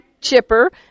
Chipper